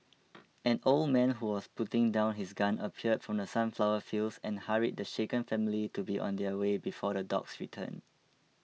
an old man who was putting down his gun appeared from the sunflower fields and hurried the shaken family to be on their way before the dogs return